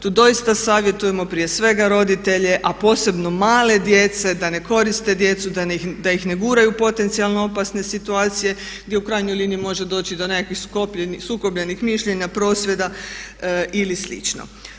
Tu doista savjetujemo prije svega roditelje a posebno male djece da ne koriste djecu, da ih ne guraju u potencijalno opasne situacije gdje u krajnjoj liniji možemo doći do nekakvih sukobljenih mišljenja, prosvjeda ili slično.